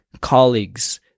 colleagues